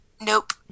Nope